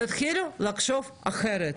תתחילו לחשוב אחרת.